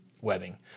webbing